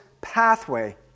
pathway